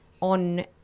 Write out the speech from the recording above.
on